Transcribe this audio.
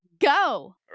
go